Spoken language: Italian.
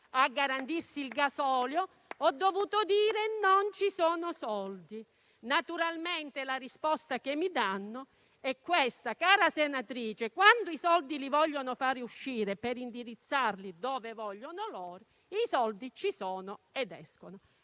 a garantirsi il gasolio, che non ci sono soldi. Naturalmente la risposta che mi danno è questa: cara senatrice, quando i soldi li vogliono far uscire per indirizzarli dove vogliono loro, i soldi ci sono ed escono.